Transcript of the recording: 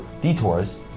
detours